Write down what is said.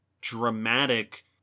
dramatic